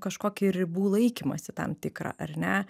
kažkokį ribų laikymąsi tam tikrą ar ne